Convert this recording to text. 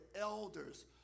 elders